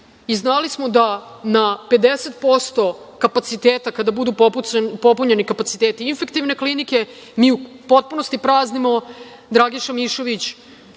i znali smo da na 50% kapaciteta, kada budu popunjeni kapaciteti Infektivne klinike, mi u potpunosti praznimo „Dragiša Mišović“,